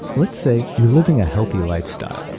let's say you're living a healthy lifestyle,